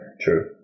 true